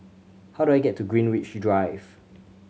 how do I get to Greenwich Drive